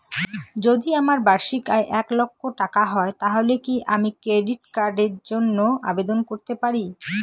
যদি আমার বার্ষিক আয় এক লক্ষ টাকা হয় তাহলে কি আমি ক্রেডিট কার্ডের জন্য আবেদন করতে পারি?